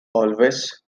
always